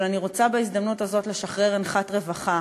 אבל אני רוצה בהזדמנות הזאת לשחרר אנחת רווחה,